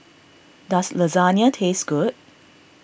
does Lasagne taste good